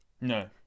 no